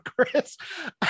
chris